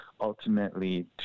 ultimately